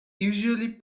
usually